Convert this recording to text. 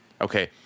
Okay